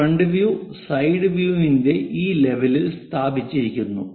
front view side വ്യൂവിന്റെ ഈ ലെവലിൽ സ്ഥാപിച്ചിരിക്കുന്നു